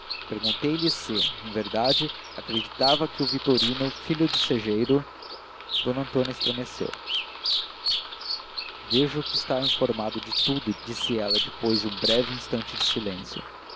nascimento perguntei-lhe se em verdade acreditava que o vitorino filho do segeiro d antônia estremeceu vejo que está informado de tudo disse ela depois de um breve instante de silêncio